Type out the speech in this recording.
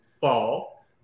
fall